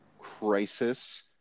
Crisis